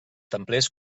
templers